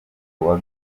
kuwa